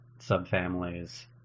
subfamilies